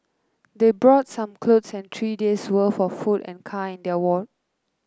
they brought some clothes and three days' worth for food and kind of work